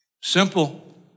Simple